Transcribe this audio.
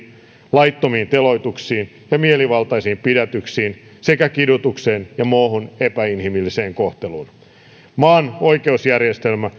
laittomiin teloituksiin ja mielivaltaisiin pidätyksiin sekä kidutukseen ja muuhun epäinhimilliseen kohteluun maan oikeusjärjestelmä